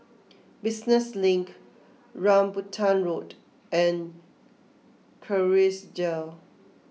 Business Link Rambutan Road and Kerrisdale